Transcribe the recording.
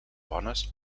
bones